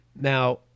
Now